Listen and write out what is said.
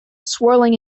swirling